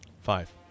Five